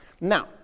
Now